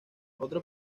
otro